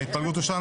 ההתפלגות אושרה.